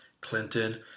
Clinton